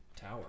tower